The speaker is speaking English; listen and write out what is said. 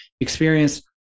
experience